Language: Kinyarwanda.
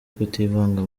kutivanga